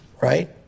right